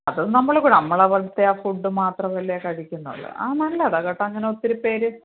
അതും നമ്മൾ കു നമ്മളവിടത്തെ ആ ഫുഡ് മാത്രമല്ലേ കഴിക്കുന്നുള്ളു ആ നല്ലതാണ് കേട്ടോ അങ്ങനെ ഒത്തിരി പേര്